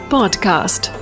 Podcast